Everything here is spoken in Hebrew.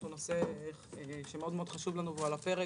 הוא נושא חשוב לנו מאוד והוא על הפרק.